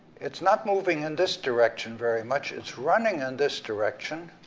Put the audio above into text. it's not moving in this direction very much, it's running in this direction,